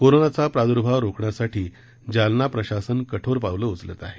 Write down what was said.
कोरोनाचा प्रादुर्भाव रोखण्यासाठी जालना प्रशासन कठोर पावलं उचलत आहे